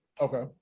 Okay